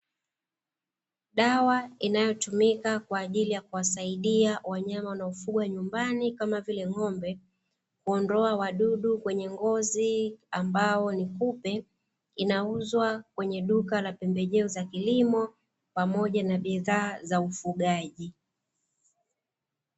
Dawa inayotumika kwa ajili ya kuwasadia wanyama wanaofugwa nyumbani kama vile ng'ombe, kuondoka wadudu kwenye ngozi ambao ni kupe, inauzwa kwenye duka la pembejeo za kilimo pamoja na bidhaa za ufugaji.